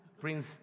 Prince